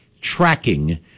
tracking